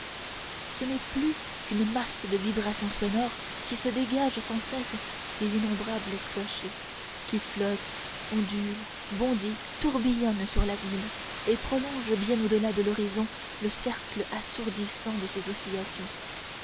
ce n'est plus qu'une masse de vibrations sonores qui se dégage sans cesse des innombrables clochers qui flotte ondule bondit tourbillonne sur la ville et prolonge bien au delà de l'horizon le cercle assourdissant de ses oscillations